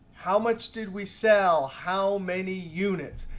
how much did we sell? how many units?